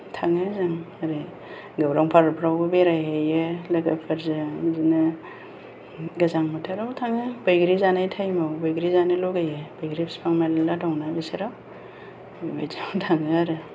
थाङो जों ओरै गौरां पार्कफ्रावबो बेरायहैयो लोगोफोरजों बिदिनो गोजां बोथोराव थाङो बैग्रि जानाय टाइमाव बैग्रि जानो लुगैयो बैग्रि बिफां मेरला दंना बे सेराव बेबायदियाव थाङो आरो